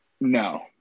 no